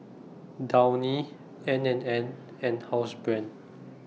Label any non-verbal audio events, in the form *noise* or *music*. Downy N and N and Housebrand *noise*